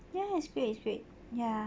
ya ya It's great it's great ya